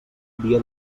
dia